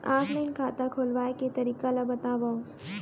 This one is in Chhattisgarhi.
ऑफलाइन खाता खोलवाय के तरीका ल बतावव?